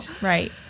Right